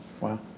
Wow